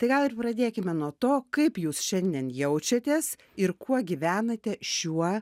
tai gal ir pradėkime nuo to kaip jūs šiandien jaučiatės ir kuo gyvenate šiuo